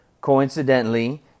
coincidentally